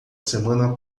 semana